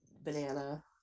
banana